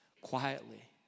quietly